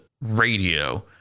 radio